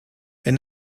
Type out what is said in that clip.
wenn